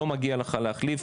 לא מגיע לך להחליף,